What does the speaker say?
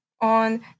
on